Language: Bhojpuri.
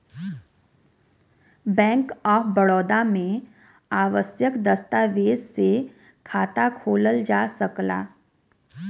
बैंक ऑफ बड़ौदा में आवश्यक दस्तावेज से खाता खोलल जा सकला